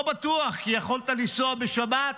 לא בטוח, כי יכולת לנסוע בשבת,